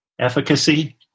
efficacy